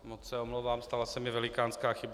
Moc se omlouvám, stala se mi velikánská chyba.